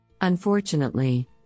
Unfortunately